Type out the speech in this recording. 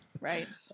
right